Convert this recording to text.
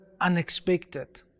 unexpected